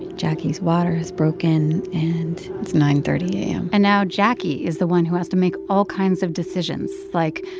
jacquie's water has broken, and it's nine thirty a m and now jacquie is the one who has to make all kinds of decisions like,